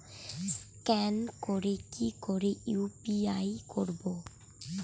Scan করে কি করে ইউ.পি.আই করবো?